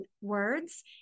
words